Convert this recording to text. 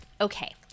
okay